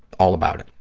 all about it.